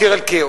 מקיר אל קיר,